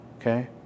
Okay